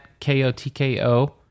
KOTKO